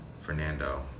Fernando